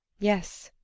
yes.